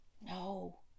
No